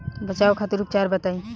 बचाव खातिर उपचार बताई?